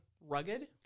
rugged